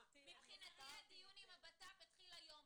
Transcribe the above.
מבחינתי הדיון עם הבט"פ התחיל היום,